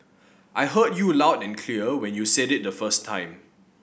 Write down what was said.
I heard you loud and clear when you said it the first time